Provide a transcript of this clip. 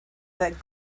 that